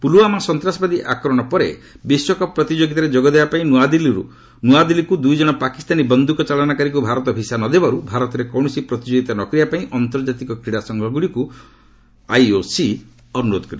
ପୁଲ୍ୱାମା ସନ୍ତାସବାଦୀ ଆକ୍ରମଣ ପରେ ବିଶ୍ୱକପ୍ ପ୍ରତିଯୋଗିତାରେ ଯୋଗ ଦେବାପାଇଁ ନ୍ତଆଦିଲ୍ଲୀକୁ ଦୁଇ ଜଣ ପାକିସ୍ତାନୀ ବନ୍ଧୁକ ଚାଳାନକାରୀଙ୍କୁ ଭାରତ ଭିସା ନ ଦେବାରୁ ଭାରତରେ କକିଣସି ପ୍ରତିଯୋଗିତା ନ କରିବାପାଇଁ ଅନ୍ତର୍ଜାତୀୟ କ୍ରୀଡ଼ା ସଂଘଗ୍ରଡ଼ିକୁ ଆଇଓସି ଅନୁରୋଧ କରିଥିଲା